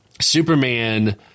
Superman